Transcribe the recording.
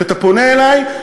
כשאתה פונה אלי,